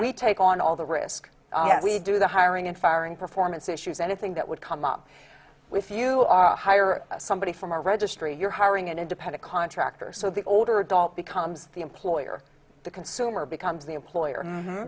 we take on all the risk we do the hiring and firing performance issues anything that would come up with you on hire somebody from a registry you're hiring an independent contractor so the older adult becomes the employer the consumer becomes the employer